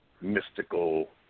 mystical